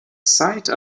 site